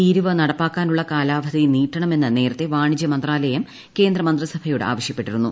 തീരുവ നടപ്പാക്കാനുള്ള കാലാവധി നീട്ടണമെന്ന് നേരത്തെ വാണിജ്യ മന്ത്രാലയം കേന്ദ്ര മന്ത്രിസഭായോട് ആവശ്യപ്പെട്ടിരുന്നു